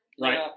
right